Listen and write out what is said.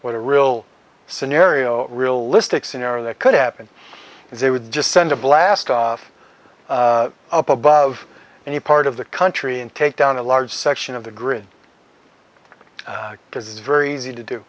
what a real scenario realistic scenario that could happen if they would just send a blast off up above any part of the country and take down a large section of the grid this is very easy to do